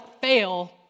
fail